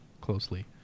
closely